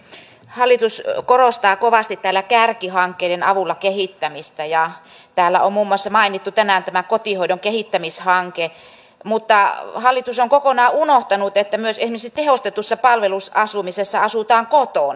hallitus korostaa kovasti täällä kärkihankkeiden avulla kehittämistä ja täällä on muun muassa mainittu tänään tämä kotihoidon kehittämishanke mutta hallitus on kokonaan unohtanut että myös esimerkiksi tehostetussa palvelusasumisessa asutaan kotona